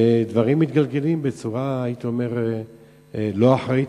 דברים מתגלגלים בצורה לא אחראית.